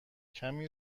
کمی